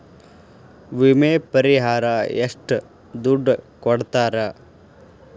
ವಿಮೆ ಪರಿಹಾರ ಎಷ್ಟ ದುಡ್ಡ ಕೊಡ್ತಾರ?